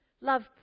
Love